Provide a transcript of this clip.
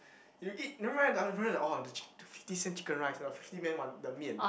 you eat never mind remember oh the chick~ the fifty cent chicken rice or fifty cent the 面